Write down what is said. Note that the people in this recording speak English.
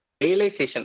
Realization